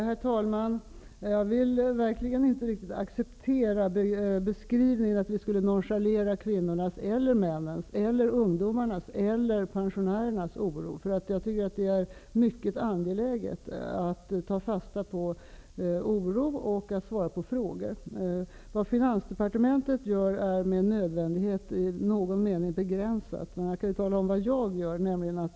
Herr talman! Jag vill verkligen inte riktigt acceptera beskrivningen att vi skulle nonchalera vare sig kvinnornas, männens, ungdomarnas eller pensionärernas oro. Jag tycker nämligen att det är mycket angeläget att ta fasta på oro och att svara på frågor. Vad Finansdepartementet gör i denna fråga är med nödvändighet i någon mening begränsat. Jag kan däremot tala om vad jag gör.